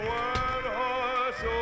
one-horse